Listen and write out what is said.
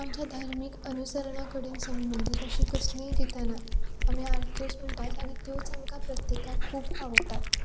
आमच्या धर्मीक अनुसरणा कडेन संबंदीत अशें कसलीं गितां नात आमी आरत्योच म्हणटात आनी त्योच आमकां प्रत्येकाक खूब आवडटात